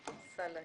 נדמה לי,